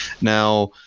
Now